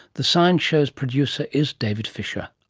the science show's producer is david fisher.